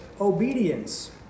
obedience